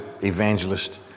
evangelist